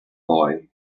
boy